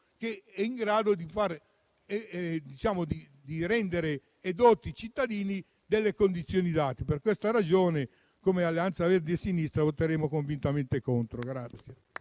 che è in grado di rendere edotti i cittadini delle condizioni date. Per tali motivazioni, come Alleanza Verdi e Sinistra, voteremo convintamente contro.